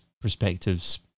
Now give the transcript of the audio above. perspectives